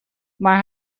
maar